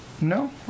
No